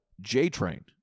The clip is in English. J-Train